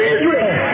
Israel